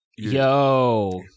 Yo